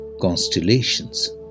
constellations